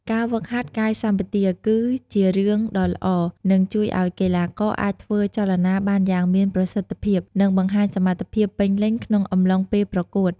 ការហ្វឹកហាត់កាយសម្បទាគឺ ជារឿងដ៏ល្អ នឹងជួយឲ្យកីឡាករអាចធ្វើចលនាបានយ៉ាងមានប្រសិទ្ធភាព និងបង្ហាញសមត្ថភាពពេញលេញក្នុងអំឡុងពេលប្រកួត។